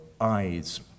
eyes